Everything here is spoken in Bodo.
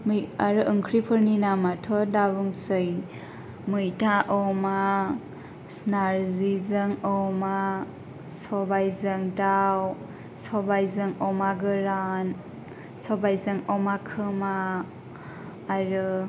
मै आरो ओंख्रिफोरनि नामाथ' दाबुंसै मैथा अमा सि नारजिजों अमा सबायजों दाउ सबायजों अमा गोरान सबायजों अमा खोमा आरो